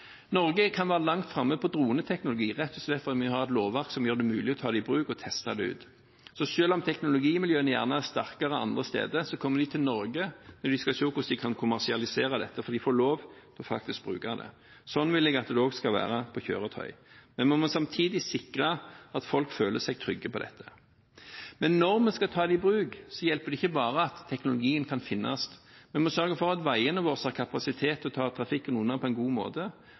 Norge kan være langt framme på droneteknologi, rett og slett fordi vi har et lovverk som gjør det mulig å ta det i bruk og teste det ut. Så selv om teknologimiljøene gjerne er sterkere andre steder, kommer de til Norge når de skal se hvordan de kan kommersialisere dette, fordi de får lov til faktisk å bruke det. Sånn vil jeg at det også skal være for kjøretøy. Men vi må samtidig sikre at folk føler seg trygge på dette. Men når vi skal ta det i bruk, hjelper det ikke bare at teknologien kan finnes. Vi må sørge for at veiene våre har kapasitet til å ta trafikken unna på en god måte.